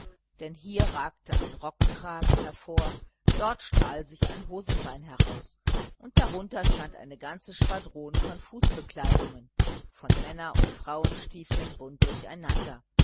denn hier ragte ein rockkragen hervor dort stahl sich ein hosenbein heraus und darunter stand eine ganze schwadron von fußbekleidungen von männer und frauenstiefeln bunt durcheinander